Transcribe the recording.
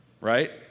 right